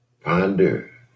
Ponder